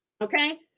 Okay